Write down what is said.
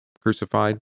crucified